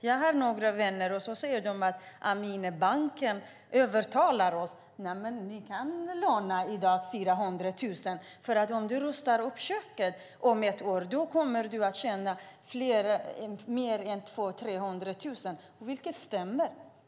Jag har vänner som säger att banken har övertalat dem att låna 400 000. Om de rustar upp köket om ett år kommer de att tjäna 200 000-300 000 - vilket stämmer.